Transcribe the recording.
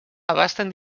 abasten